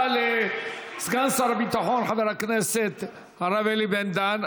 תודה לסגן שר הביטחון חבר הכנסת הרב אלי בן-דהן.